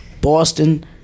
Boston